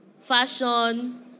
fashion